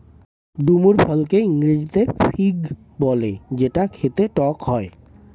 ডুমুর ফলকে ইংরেজিতে ফিগ বলে যেটা খেতে টক হয়